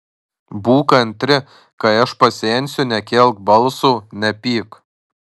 būk kantri kai aš pasensiu nekelk balso nepyk